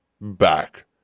back